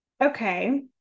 okay